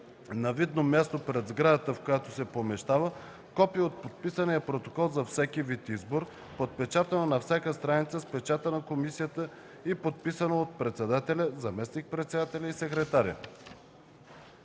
на видно място пред сградата, в която се помещава, копие от подписания протокол за всеки вид избор, подпечатано на всяка страница с печата на комисията и подписано от председателя, заместник-председателя и секретаря.”